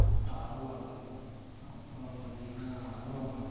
அப்புறம் அருவாள் அப்புறம் பார்த்திங்கன்னா அருவாமனை